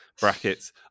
Brackets